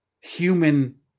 human